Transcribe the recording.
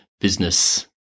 business